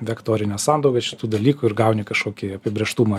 vektorinę sandaugą šitų dalykų ir gauni kažkokį apibrėžtumą